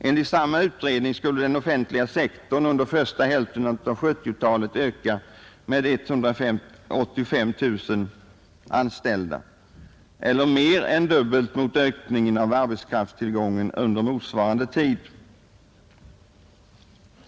Enligt samma utredning skulle den offentliga sektorn under första hälften av 1970-talet öka med 185 000 anställda eller mer än dubbelt så mycket som arbetskraftstillgången skulle öka under motsvarande tid.